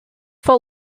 full